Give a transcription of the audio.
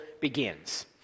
begins